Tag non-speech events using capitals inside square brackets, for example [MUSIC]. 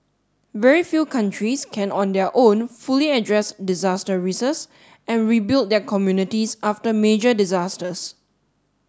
very few countries can on their own fully address disaster [UNINTELLIGIBLE] and rebuild their communities after major disasters